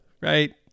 Right